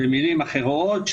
במילים אחרות,